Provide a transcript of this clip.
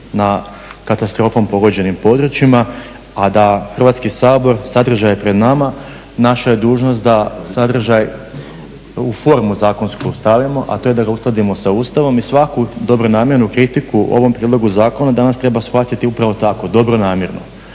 na katastrofom pogođenim područjima, a da Hrvatski sabor sadržaj je pred nama, naša je dužnost da sadržaj u formu zakonsku stavimo, a to je da ga uskladimo sa Ustavom i svaku dobronamjernu kritiku u ovom prijedlogu zakona danas treba shvatiti upravo tako, dobronamjerno,